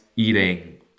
eating